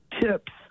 tips